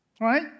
right